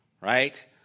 right